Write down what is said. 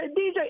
DJ